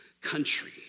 country